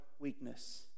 weakness